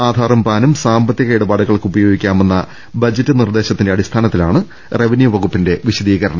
ആധാറും പാനും സാമ്പത്തിക ഇടപാടുകൾക്ക് ഉപയോഗിക്കാമെന്ന ബജറ്റ് നിർദ്ദേശത്തിന്റെ അടിസ്ഥാനത്തിലാണ് റവന്യൂ വകുപ്പിന്റെ വിശദീകരണം